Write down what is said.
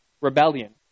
rebellion